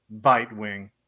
Bitewing